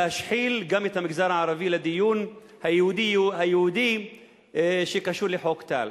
להשחיל גם את המגזר הערבי לדיון היהודי-היהודי שקשור לחוק טל.